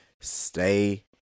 stay